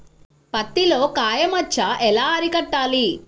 పత్తిలో కాయ మచ్చ ఎలా అరికట్టాలి?